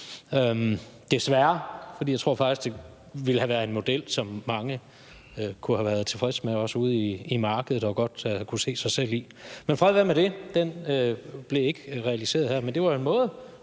desværre. For jeg tror faktisk, det ville have været en model, som mange kunne have været tilfredse med, også ude i markedet, og godt kunne se sig selv i. Men fred være med det. Den blev ikke realiseret, men det var en måde